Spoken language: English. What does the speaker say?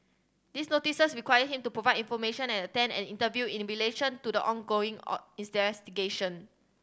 these notices require him to provide information and attend an interview in relation to the ongoing or in stairs